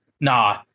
nah